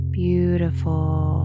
beautiful